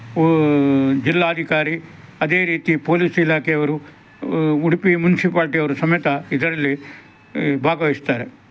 ಜಿಲ್ಲಾಧಿಕಾರಿ ಅದೇ ರೀತಿ ಪೊಲೀಸ್ ಇಲಾಖೆಯವರು ಉಡುಪಿ ಮುನ್ಸಿಪಾಲ್ಟಿಯವರು ಸಮೇತ ಇದರಲ್ಲಿ ಭಾಗವಹಿಸ್ತಾರೆ